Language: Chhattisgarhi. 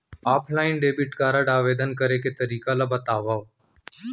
ऑफलाइन डेबिट कारड आवेदन करे के तरीका ल बतावव?